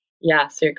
Yes